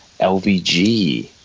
LVG